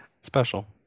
special